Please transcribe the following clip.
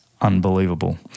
Unbelievable